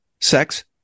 sex